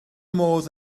modd